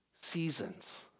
seasons